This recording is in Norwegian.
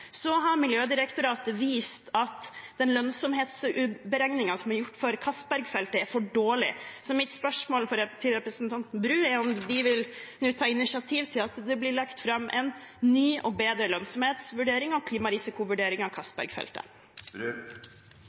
har vist at den lønnsomhetsberegningen som er gjort for Castberg-feltet, er for dårlig. Så mitt spørsmål til representanten Bru er om de vil ta initiativ til at det blir lagt fram en ny og bedre lønnsomhetsvurdering og klimarisikovurdering av